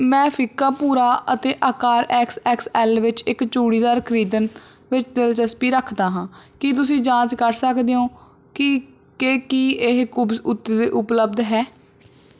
ਮੈਂ ਫਿੱਕਾ ਭੂਰਾ ਅਤੇ ਅਕਾਰ ਐਕਸ ਐਕਸ ਐਲ ਵਿੱਚ ਇੱਕ ਚੂੜੀਦਾਰ ਖਰੀਦਣ ਵਿੱਚ ਦਿਲਚਸਪੀ ਰੱਖਦਾ ਹਾਂ ਕੀ ਤੁਸੀਂ ਜਾਂਚ ਕਰ ਸਕਦੇ ਹੋਂ ਕੀ ਕਿ ਕੀ ਇਹ ਕੂਵਜ਼ ਉੱਤੇ ਉਪਲਬਧ ਹੈ